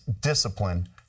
discipline